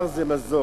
בר זה מזון.